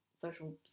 social